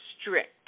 strict